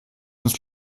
uns